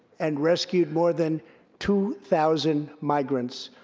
and rescued more than two thousand migrants.